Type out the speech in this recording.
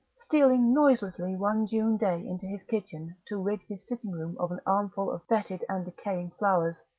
stealing noiselessly one june day into his kitchen to rid his sitting-room of an armful of fetid and decaying flowers,